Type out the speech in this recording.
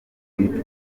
witwa